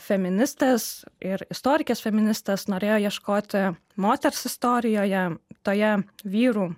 feministės ir istorikės feministės norėjo ieškoti moters istorijoje toje vyrų